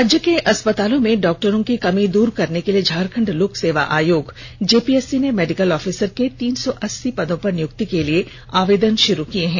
राज्य के अस्पतालों में डॉक्टरों की कमी दूर करने के लिए झारखंड लोक सेवा आयोग जेपीएससी ने मेडिकल ऑफिसर के तीन सौ अस्सी पदों पर नियुक्ति के लिए आवेदन शुरू किये हैं